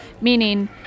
meaning